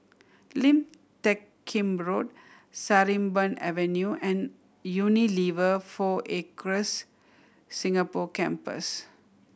Lim Teck Kim Road Sarimbun Avenue and Unilever Four Acres Singapore Campus